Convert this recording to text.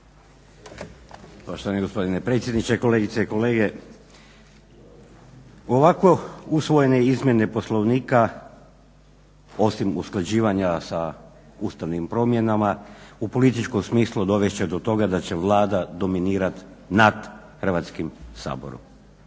Poštovani gospodine predsjedniče, kolegice i kolege. U ovakvo usvojene izmjene Poslovnika osim usklađivanja sa ustavnim promjenama u političkom smislu dovest će do toga da će Vlada dominirati nad Hrvatskim saborom.